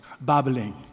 babbling